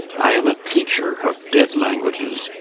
i am a teacher of dead languages,